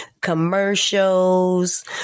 commercials